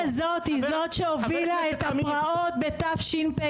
הזאת היא זאת שהובילה את הפרעות בתשפ"א,